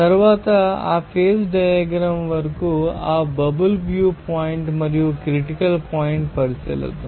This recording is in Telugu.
తరువాత ఆ ఫేజ్ డయాగ్రమ్ వరకు ఆ బబుల్ వ్యూ పాయింట్ మరియు క్రిటికల్ పాయింట్ పరిశీలిద్దాం